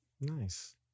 Nice